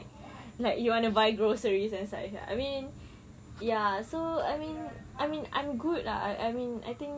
like you want to buy groceries and such ah I mean ya so I mean I mean I'm good ah I I mean I think